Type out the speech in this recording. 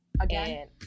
Again